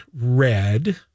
red